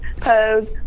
pose